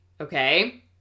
okay